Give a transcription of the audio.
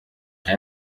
aya